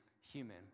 human